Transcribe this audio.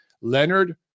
Leonard